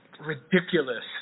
ridiculous